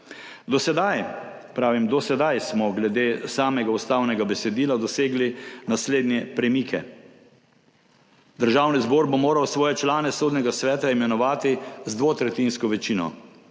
Do sedaj, pravim do sedaj, smo glede samega ustavnega besedila dosegli naslednje premike. Državni zbor bo moral svoje člane Sodnega sveta imenovati z dvotretjinsko večino.